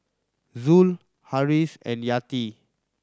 Zul Harris and Yati